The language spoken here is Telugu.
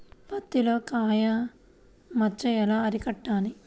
పత్తిలో కాయ మచ్చ ఎలా అరికట్టాలి?